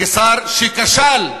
כשר שכשל,